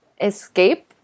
escape